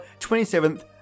27th